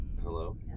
Hello